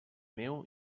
meu